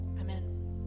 Amen